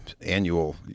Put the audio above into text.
annual